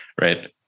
right